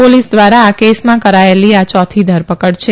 police દ્વારા આ કેસમાં કરાયેલી આ ચોથી ધરપકડ છે